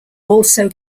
also